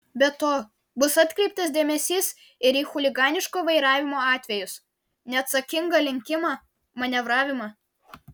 be to bus atkreiptas dėmesys ir į chuliganiško vairavimo atvejus neatsakingą lenkimą manevravimą